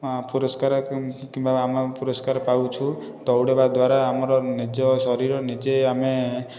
ପୁରସ୍କାର କିମ୍ବା ଆମେ ପୁରସ୍କାର ପାଉଛୁ ଦୌଡ଼ିବା ଦ୍ୱାରା ଆମର ନିଜ ଶରୀର ନିଜେ ଆମେ